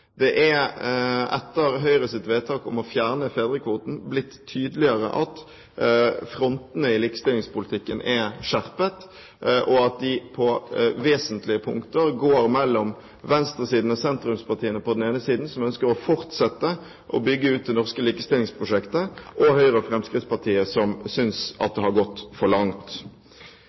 Det er etter Høyres vedtak om å fjerne fedrekvoten blitt tydeligere at frontene i likestillingspolitikken er skjerpet, og at de på vesentlige punkter går mellom venstresiden og sentrumspartiene på den ene siden, som ønsker å fortsette å bygge ut det norske likestillingsprosjektet, og Høyre og Fremskrittspartiet, som synes at det har gått for langt.